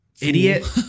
idiot